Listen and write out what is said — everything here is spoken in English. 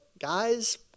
Guys